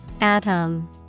Atom